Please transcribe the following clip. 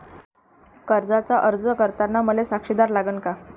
कर्जाचा अर्ज करताना मले साक्षीदार लागन का?